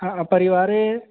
हा परिवारे